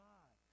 God